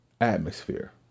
atmosphere